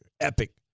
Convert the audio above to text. Epic